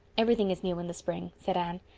everything is new in the spring, said anne.